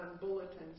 bulletins